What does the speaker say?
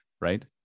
right